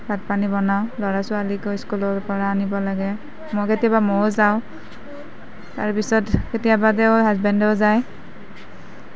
ভাত পানী বনাওঁ ল'ৰা ছোৱালীকো স্কুলৰ পৰা আনিব লাগে মই কেতিয়াবা ময়ো যাওঁ তাৰপিছত কেতিয়াবা তেওঁ হাজবেণ্ডো যায়